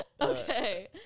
Okay